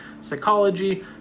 psychology